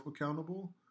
accountable